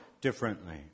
differently